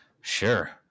Sure